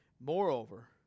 Moreover